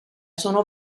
sono